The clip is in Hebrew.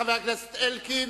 חבר הכנסת אלקין,